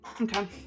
okay